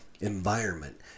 Environment